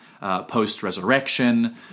post-resurrection